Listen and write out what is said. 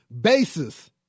basis